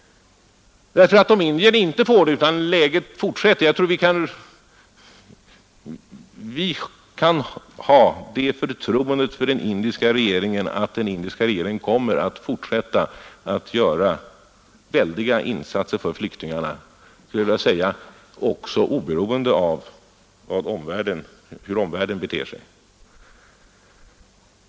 Jag tror att vi kan ha förtroende för att den indiska regeringen fortsätter att göra väldiga insatser för flyktingarna, oberoende av hur omvärlden beter sig.